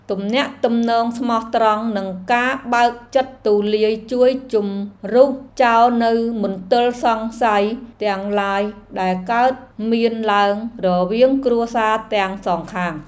ទំនាក់ទំនងស្មោះត្រង់និងការបើកចិត្តទូលាយជួយជម្រុះចោលនូវមន្ទិលសង្ស័យទាំងឡាយដែលកើតមានឡើងរវាងគ្រួសារទាំងសងខាង។